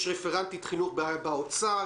יש את רפרנטית החינוך במשרד האוצר,